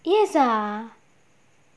yes ah